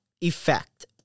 effect